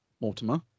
Mortimer